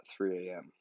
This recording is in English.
3am